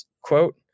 quote